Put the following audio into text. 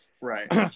right